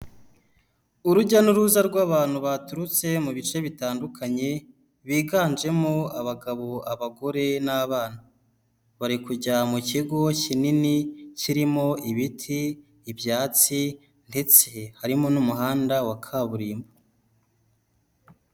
Urujya n'uruza rw'abantu baturutse mu bice bitandukanye biganjemo abagabo, abagore n'abana, bari kujya mu kigo kinini kirimo ibiti, ibyatsi ndetse harimo n'umuhanda wa kaburimbo.